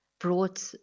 brought